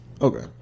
Okay